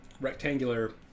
rectangular